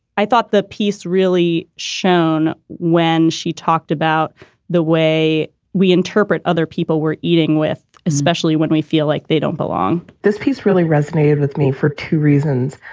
i thought the piece really shown when she talked about the way we interpret other people were eating with, with, especially when we feel like they don't belong this piece really resonated with me for two reasons.